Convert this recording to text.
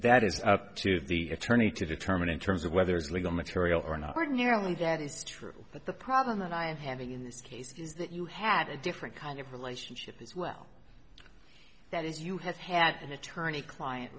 that is up to the attorney to determine in terms of whether it's legal material or not ordinarily that is true but the problem that i am having in this case is that you had a different kind of relationship as well that is you have had an attorney client